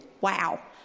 Wow